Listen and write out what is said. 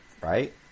Right